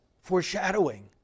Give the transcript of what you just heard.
foreshadowing